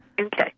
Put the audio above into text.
Okay